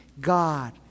God